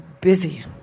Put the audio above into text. busy